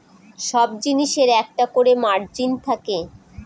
সব জিনিসের একটা করে মার্জিন থাকে